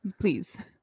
Please